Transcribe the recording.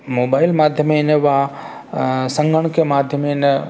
mobile माध्यमेन वा सङ्गणकमाध्यमेन